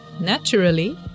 naturally